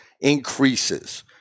increases